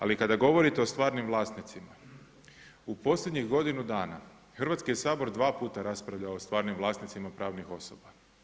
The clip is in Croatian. Ali kada govorite o stvarnim vlasnicima, u posljednjih godinu dana Hrvatski je sabor dva puta raspravljao o stvarnim vlasnicima pravnih osoba.